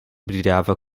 brilhava